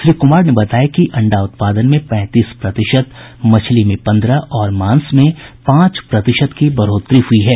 श्री कुमार ने बताया कि अंडा उत्पादन में पैंतीस प्रतिशत मछली में पंद्रह और मांस में पांच प्रतिशत की बढ़ोतरी हुयी है